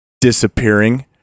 disappearing